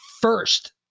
first